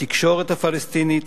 בתקשורת הפלסטינית?